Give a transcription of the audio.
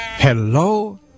Hello